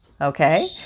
Okay